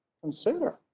Consider